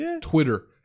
Twitter